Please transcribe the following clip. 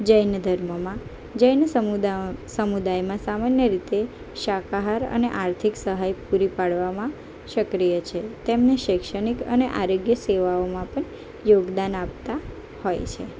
જૈન ધર્મમાં જૈન સમુદાયમાં સામાન્ય રીતે શાકાહાર અને આર્થિક સહાય પૂરી પાડવામાં સક્રિય છે તેમને શૈક્ષણિક અને આરોગ્ય સેવાઓમાં પણ યોગદાન આપતા હોય છે